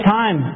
time